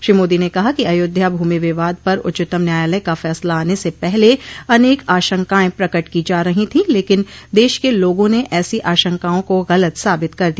श्री मोदी ने कहा कि अयोध्या भूमि विवाद पर उच्चतम न्यायालय का फैसला आने से पहले अनेक आशंकाएं प्रकट की जा रहीं थीं लेकिन देश के लोगों ने ऐसी आशंकाओं को गलत साबित कर दिया